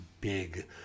big